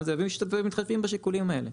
--- בשיקולים האלה.